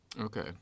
Okay